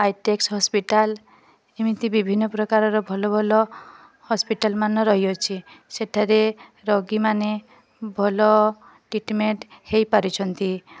hi tech hospital ଏମିତି ବିଭିନ୍ନ ପ୍ରକାରର ଭଲ ଭଲ ହସ୍ପିଟାଲ୍ ମାନ ରହିଅଛି ସେଠାରେ ରୋଗୀମାନେ ଭଲ ଟ୍ରିଟମେଣ୍ଟ୍ ହେଇପାରୁଛନ୍ତି